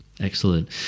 Excellent